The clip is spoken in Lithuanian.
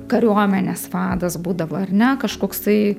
kariuomenės vadas būdavo ar ne kažkoksai